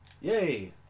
yay